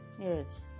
Yes